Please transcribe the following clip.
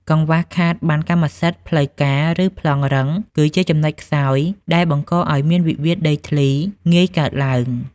កង្វះខាតប័ណ្ណកម្មសិទ្ធិផ្លូវការ ឬ "ប្លង់រឹង" គឺជាចំណុចខ្សោយដែលបង្កឱ្យមានវិវាទដីធ្លីងាយកើតឡើង។